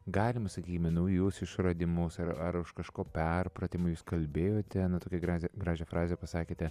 galima sakykime naujus išradimus ar ar už kažko perpratimo jūs kalbėjote na tokią gražią gražią frazę pasakėte